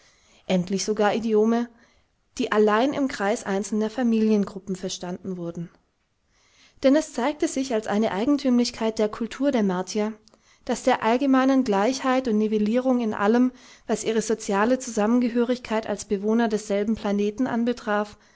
endlich sogar idiome die allein im kreis einzelner familiengruppen verstanden wurden denn es zeigte sich als eine eigentümlichkeit der kultur der martier daß der allgemeinen gleichheit und nivellierung in allem was ihre soziale zusammengehörigkeit als bewohner desselben planeten anbetraf